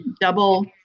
double